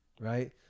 right